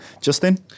justin